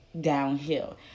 downhill